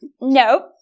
Nope